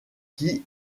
qui